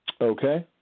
Okay